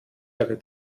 ihre